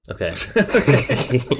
Okay